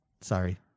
sorry